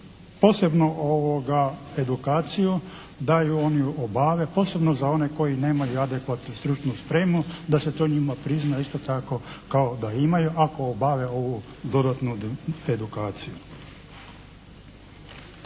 posebnu edukaciju, da ju oni obave, posebno za one koji nemaju adekvatnu stručnu spremu, da se to njima prizna isto tako kao da imaju ako obave dodatnu edukaciju.